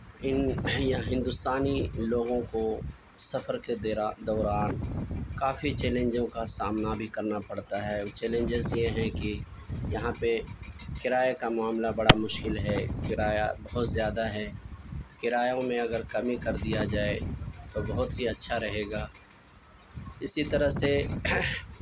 ان ہندوستانی لوگوں کو سفر کے دوران کافی چیلنجوں کا سامنا بھی کرنا پڑتا ہے چیلنجز یہ ہیں کہ یہاں پہ کرایے کا معاملہ بڑا مشکل ہے کرایہ بہت زیادہ ہے کرایوں میں اگر کمی کر دیا جائے تو بہت ہی اچھا رہے گا اسی طرح سے